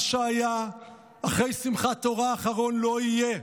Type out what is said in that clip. מה שהיה אחרי שמחת תורה האחרון לא יהיה.